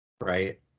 Right